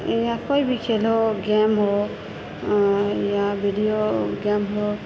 या कोइ भी खेल हो गेम हो या वीडियो गेम हो